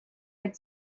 had